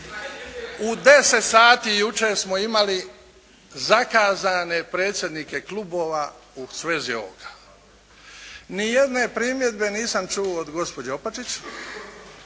U 10 sati jučer smo imali zakazane predsjednike klubova u svezi ovoga. Ni jedne primjedbe nisam čuo od gospođe Opačić,